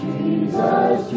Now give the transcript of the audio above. Jesus